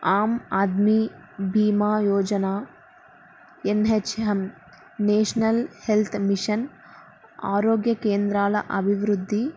ఆమ్ Aadmi Bima Yojana NHM National Health Mission ఆరోగ్య కేంద్రాల అభివృద్ధి